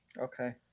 okay